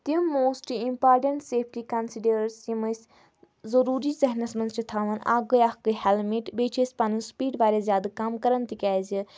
تِم most important safety considerations یِم أسۍ ضٔروٗری ذہنَس منٛز چھِ تھاوان اَکھ گٔے اکھ گٔے ہیلمٹ بیٚیہِ چھِ أسۍ پَنٕنۍ سِپیٖڈ واریاہ زیادٕ کَم کَران تِکیازِ